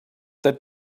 that